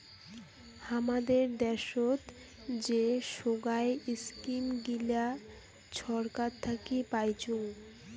হামাদের দ্যাশোত যে সোগায় ইস্কিম গিলা ছরকার থাকি পাইচুঙ